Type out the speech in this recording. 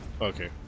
Okay